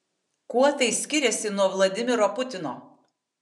kuo tai skiriasi nuo vladimiro putino